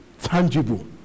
tangible